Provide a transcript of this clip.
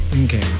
okay